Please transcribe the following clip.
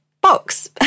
box